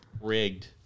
rigged